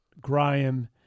Graham